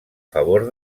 favor